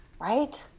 Right